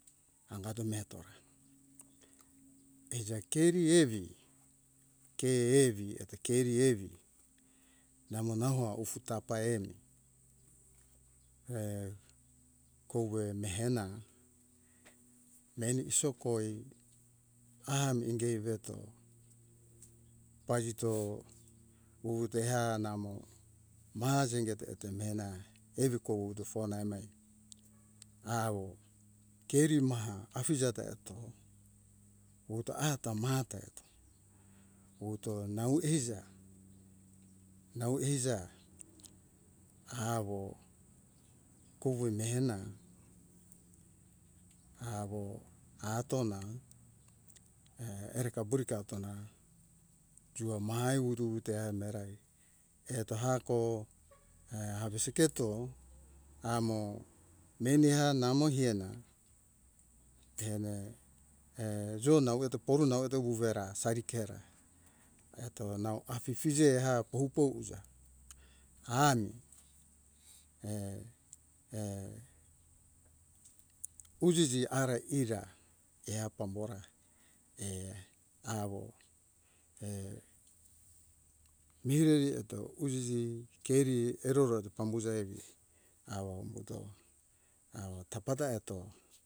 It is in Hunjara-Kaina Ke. Angato meatora be jai keri evi ke evi eto keri evi namo naho ufu tapa emi kouve mehena meni isokowe ahami inge veto pazito wuwuto eha namo maha zingeto eto mehena evi kovuto fena me a awo keri maha afiza ta eto wuto ahata mata wuto nau aiza nau eiza awo kouve mehena awo atona e erika purika atona jua mai wudu wute e merai eto hako e avisi keto amo meni a namo heana tene jo nau eto poru nau eto wuvera sari ke ra aiato nau afifize a powu powu uja ami ujiji are ira hea pambu hora awo mireri eto wuzizi keri eroro eto pambuzo evi awo umbuto awo tapa da eto